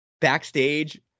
backstage